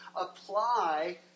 apply